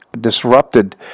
disrupted